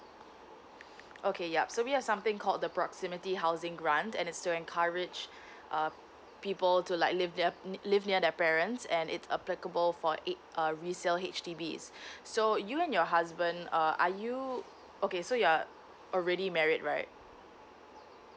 okay yup so we have something called the proximity housing grant and it's to encourage uh people to like leave near near live near their parents and it's applicable for a uh resale H_D_B so you and your husband uh are you okay so you are already married right